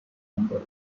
number